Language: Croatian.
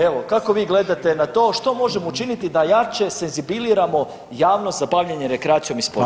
Evo kako vi gledate na to, što možemo učiniti da jače senzibiliramo javnost za bavljenje rekreacijom i sportom?